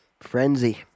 Frenzy